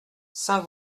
saint